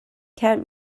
count